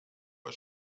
bei